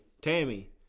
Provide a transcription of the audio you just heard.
Tammy